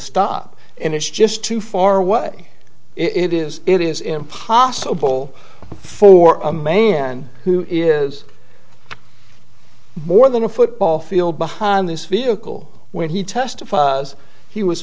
stop and it's just too far what it is it is impossible for a man who is more than a football field behind this vehicle when he testifies he was